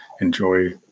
enjoy